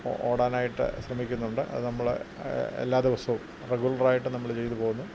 ഓടാനായിട്ട് ശ്രമിക്കുന്നുണ്ട് അത് നമ്മൾ എല്ലാ ദിവസവും റെഗുലറായിട്ട് നമ്മൾ ചെയ്തു പോകുന്നു